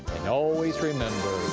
and always remember,